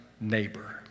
neighbor